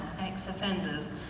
ex-offenders